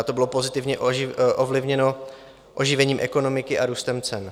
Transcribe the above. To bylo pozitivně ovlivněno oživením ekonomiky a růstem cen.